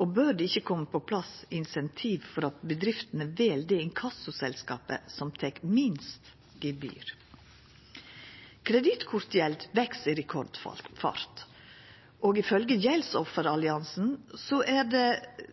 Og bør det ikkje koma på plass incentiv for at bedriftene skal velja det inkassoselskapet som tek minst gebyr? Kredittkortgjeld veks i rekordfart. Ifølgje Gjeldsoffer-Alliansen gjeld dei sakene som veks mest, nettopp kredittkortgjeld, og